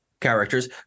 characters